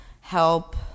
help